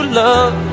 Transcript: love